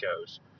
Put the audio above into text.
goes